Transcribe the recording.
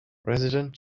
resident